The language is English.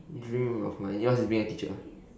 dream of my yours is being a teacher